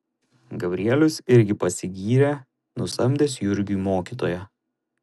gabrielius irgi pasigyrė nusamdęs jurgiui mokytoją